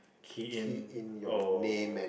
key in or